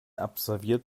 absolviert